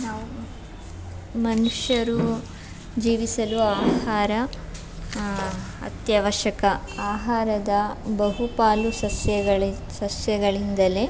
ನಾವು ಮನುಷ್ಯರು ಜೀವಿಸಲು ಆಹಾರ ಅತ್ಯವಶ್ಯಕ ಆಹಾರದ ಬಹುಪಾಲು ಸಸ್ಯಗಳೇ ಸಸ್ಯಗಳಿಂದಲೇ